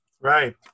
Right